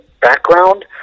background